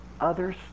others